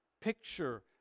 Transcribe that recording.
picture